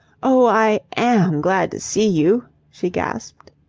oh, i am glad to see you, she gasped.